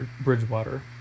Bridgewater